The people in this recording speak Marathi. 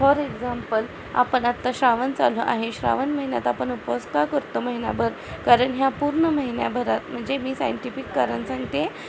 फॉर एक्झाम्पल आपण आत्ता श्रावण चालू आहे श्रावण महिन्यात आपण उपास का करतो महिनाभर कारण ह्या पूर्ण महिन्याभरात म्हणजे मी सायंटिफिक कारण सांगते